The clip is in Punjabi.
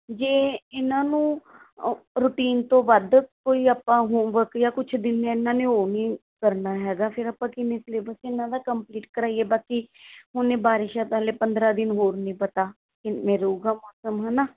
ਜੇ ਇਨ੍ਹਾਂ ਨੂੰ ਅ ਰੂਟੀਨ ਤੋਂ ਵੱਧ ਕੋਈ ਆਪਾਂ ਹੋਮਵਰਕ ਜਾਂ ਕੁਛ ਦਿੰਦੇ ਇਨ੍ਹਾਂ ਨੇ ਉਹ ਨਹੀਂ ਕਰਨਾ ਹੈਗਾ ਫਿਰ ਆਪਾਂ ਕਿਵੇਂ ਸਿਲੇਬਸ ਇਨ੍ਹਾਂ ਦਾ ਕੰਪਲੀਟ ਕਰਾਈਏ ਬਾਕੀ ਹੁਣ ਇਹ ਬਾਰਿਸ਼ ਹੈ ਪਹਿਲੇ ਪੰਦਰ੍ਹਾਂ ਦਿਨ ਹੋਰ ਨਹੀਂ ਪਤਾ ਕਿਵੇਂ ਰਹੇਗਾ ਮੌਸਮ ਹੈ ਨਾ